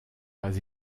pas